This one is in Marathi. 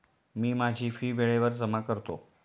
मी माझी फी वेळेवर जमा करतो